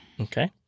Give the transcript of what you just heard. Okay